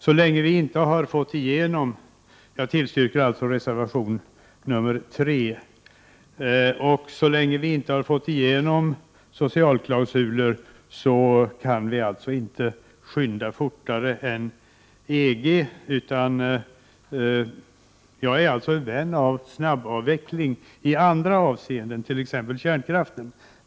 Så länge vi inte fått igenom socialklausuler kan vi inte skynda fortare än EG. Jag är vän av snabbavveckling i andra avseenden, t.ex. av kärnkraften.